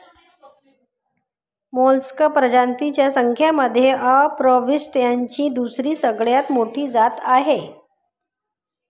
Mollusca प्रजातींच्या संख्येमध्ये अपृष्ठवंशीयांची दुसरी सगळ्यात मोठी जात आहे